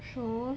shoes